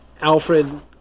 Alfred